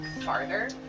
farther